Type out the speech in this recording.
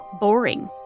boring